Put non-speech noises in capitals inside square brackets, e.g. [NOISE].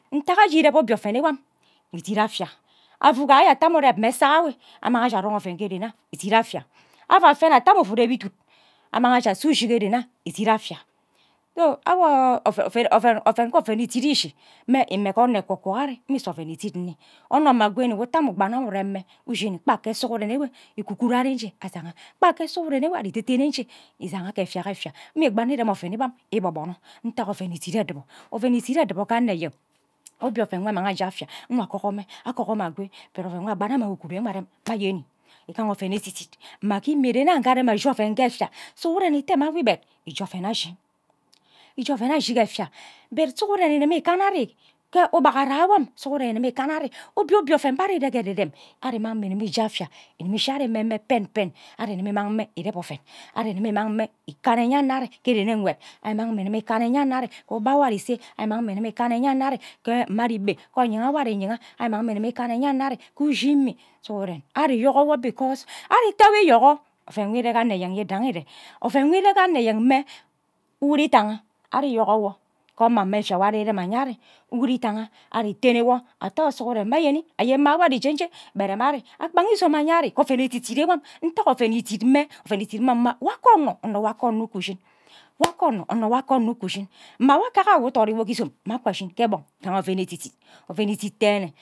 Ntaga aje ireb obie oven enwen idit afia avie ghaye ata amrae ureb mme essan enwe anmang aja arong ovan ghe ren aye idit afia ava fen ata ame uvu ireb iduk anmang aja se. Ushi ke rena idit afia so awo [HESITATION] oven nke oven idit ishi mme ime ghe onro ekwe kwo ari ame isu oven idit nni onno mma gwori nwo unta ame ugba nna ame ureb mme nshi ikpad ke sughuren enwe ikukar ari nje asa kpa nke sughura enwe are idedene nje isaga ke epia ke efia mme ikpa nne irem oven enwemm igbabono ntaga oven idit edibe oven idit edibo ghe anno enyeng obie oven nwo anonog aje efia nwa akugor mme akugor mme ozkuee but oven nwo akpan nne amng ughuru enwe erem mma ayeni igaha oven edit mma ghe imie ren ke arem ashi oven ke efi sughuren ite mma awo ikped be oven ashi ije oven ashi ke efia but sughoren iremi ikara ari ke ugbaghara nwom sughoren igima ikana ari obie obie oven ba ari ire ghe ereram ari mang mme igimi ije efia igimi ishi ari meme pen pen ari igimi imang mme ireb oven ari igimi imang mme ikana eyano ari ke rene nkwed ari mnang mme igini ikana eyano ari ke ugba uwa ari se ari. Imang mme igimi ikana eyano ari ke mma ari gbe ke oyinga nwo ari nyinga ari mmang mme igimi ikane eyane ari ke ushi imi sughuren ari iyogor because ari ite wo iyogor oven moo iri ghe annochyeng nwo idangi ire oven nwo ire ghe anno enyeng mme uruddanga ari iyogor wo kor mama mme efia wo ari rem aye eri uru idanga ari itene wo ate awosughoren mma ayeni ayen mma wo ari je nje gbeere mme ari akpanga izom anye ari kor oven editdit ewom ntaga oven idit mme oven idime ma nwaka onno nwaka onno uku ushin wa ka onno ona waka onno oku shin mma nwakak ayo nwo udori wo ke izam mme akara ashin ghe gbon igaha aren nne edit oven idit dene